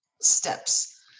steps